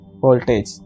voltage